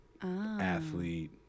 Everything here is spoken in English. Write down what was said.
athlete